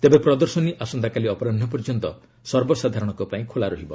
ତେବେ ପ୍ରଦର୍ଶନୀ ଆସନ୍ତାକାଲି ଅପରାହ ପର୍ଯ୍ୟନ୍ତ ସର୍ବସାଧାରଣଙ୍କ ପାଇଁ ଖୋଲା ରହିବ